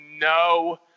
No